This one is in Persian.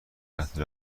قطع